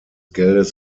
geldes